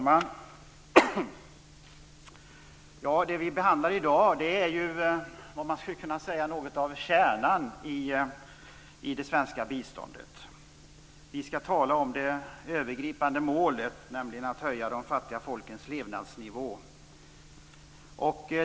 Herr talman! Det som vi behandlar i dag är vad man skulle säga något av kärnan i det svenska biståndet. Vi skall tala om det övergripande målet, nämligen att höja de fattiga folkens levnadsnivå.